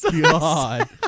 God